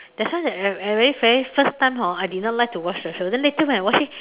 that's why I very very first time hor I did not like to watch the show then later when I watch it